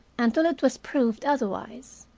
until it was proved otherwise.